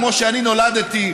כמו שאני נולדתי,